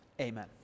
Amen